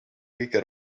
kõige